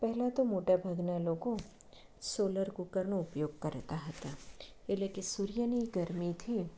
પહેલાં તો મોટા ભાગના લોકો સોલર કૂકરનો ઉપયોગ કરતા હતા એટલે કે સૂર્યની ગરમીથી